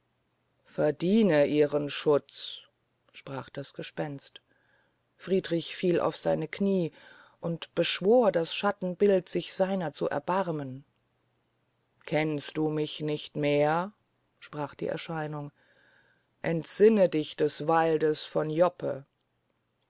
verdiene ihren schutz sprach das gespenst friedrich fiel auf seine knie und beschwor das schattenbild sich seiner zu erbarmen kennst du mich nicht mehr sprach die erscheinung entsinne dich des waldes von joppe